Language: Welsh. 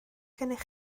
gennych